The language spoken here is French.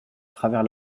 travers